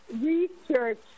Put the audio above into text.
research